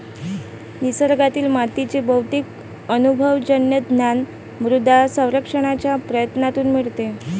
निसर्गातील मातीचे बहुतेक अनुभवजन्य ज्ञान मृदा सर्वेक्षणाच्या प्रयत्नांतून मिळते